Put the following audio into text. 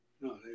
No